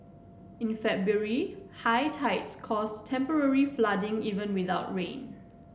in February high tides caused temporary flooding even without rain